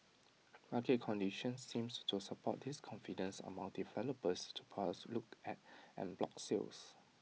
market conditions seems to support this confidence among developers to perhaps now look at en bloc sales